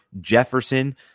Jefferson